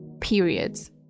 periods